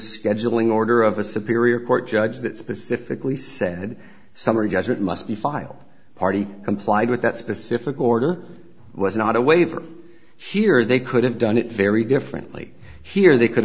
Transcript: scheduling order of a superior court judge that specifically said summary judgment must be filed party complied with that specific order was not a waiver here they could have done it very differently here they could